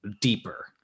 deeper